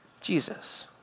Jesus